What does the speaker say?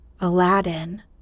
Aladdin